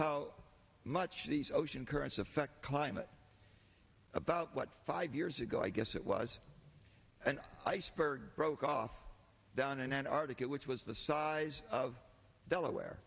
how much these ocean currents affect climate about what five years ago i guess it was an iceberg broke off down an antarctic it which was the size of delaware